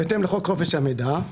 בהתאם לחוק חופש המידע,